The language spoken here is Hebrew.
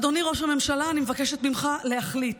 אדוני ראש הממשלה, אני מבקשת ממך להחליט